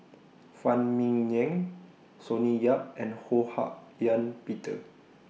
Phan Ming Yen Sonny Yap and Ho Hak Ean Peter